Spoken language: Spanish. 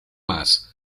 más